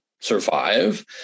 survive